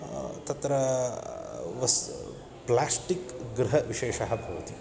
तत्रा वस्तु प्लास्टिक् गृहविशेषः भवति